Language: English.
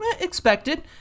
expected